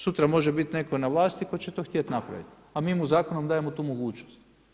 Sutra može bit netko na vlasti, pa će to htjeti napraviti, a mi mu zakonom dajemo tu mogućnost.